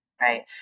Right